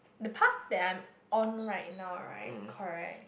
the path that I'm on right now right correct